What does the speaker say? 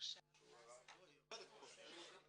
שיש עוד אנשים שהם בבדרכם לכאן,